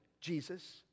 Jesus